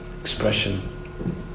expression